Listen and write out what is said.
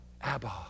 Abba